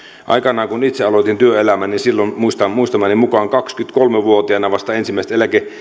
aikanaan kun itse aloitin työelämän niin silloin muistamani mukaan vasta kaksikymmentäkolme vuotiaana ensimmäiset